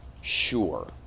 sure